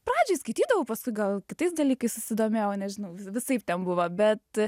pradžiai skaitydavau paskui gal kitais dalykais susidomėjau nežinau visaip ten buvo bet